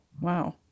wow